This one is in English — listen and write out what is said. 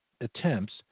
attempts